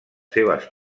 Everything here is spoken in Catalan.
seves